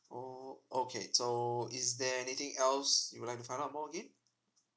oh okay so is there anything else you would like to find out more again